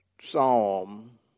psalm